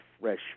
fresh